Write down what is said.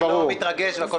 אני לא מתרגש והכול טוב.